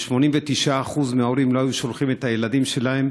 ש-89% מההורים לא היו שולחים את הילדים שלהם